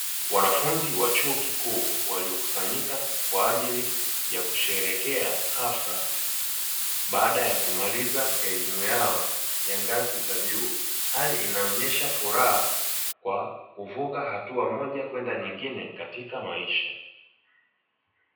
Wanafunzi wa chuo kikuu waliokusanyika kwa ajili ya kusheherekea hafla baada ya kumaliza elimu yao ya ngazi za juu hali inaonyesha furaha kwa kuvuka hatua moja kwenda nyingine katika maisha.